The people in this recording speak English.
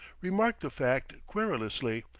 remarked the fact querulously,